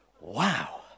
wow